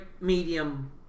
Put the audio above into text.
medium